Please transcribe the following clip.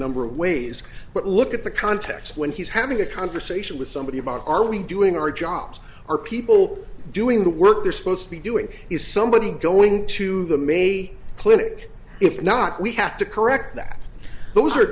number of ways but look at the context when he's having a conversation with somebody about are we doing our jobs are people doing the work they're supposed to be doing is somebody going to them a clip if not we have to correct that those are